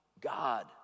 God